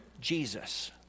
Jesus